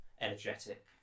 energetic